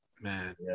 man